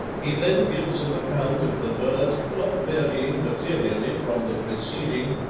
he then gives an account of the bird, not varying materially from the preceding,